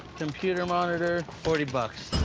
computer monitor. forty bucks.